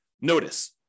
notice